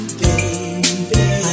baby